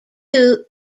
due